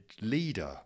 leader